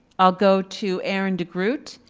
i'll go to aaron degroot.